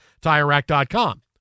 TireRack.com